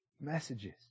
messages